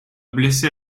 blessé